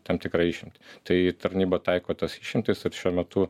tam tikrą išimtį tai tarnyba taiko tas išimtis ir šiuo metu